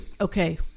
Okay